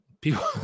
People